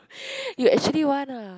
you actually want ah